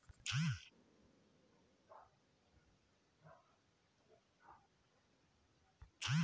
pneumonia बेमारी वाला पशु के खूर अउ गोड़ म सरसो तेल अउ कपूर मिलाके मालिस करना चाही